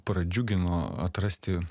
pradžiugino atrasti